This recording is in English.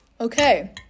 okay